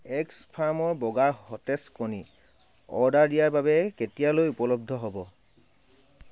এগ'জ ফাৰ্মৰ বগা সতেজ কণী অৰ্ডাৰ দিয়াৰ বাবে কেতিয়ালৈ উপলব্ধ হ'ব